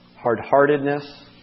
hard-heartedness